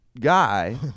guy